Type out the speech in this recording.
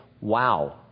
wow